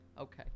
Okay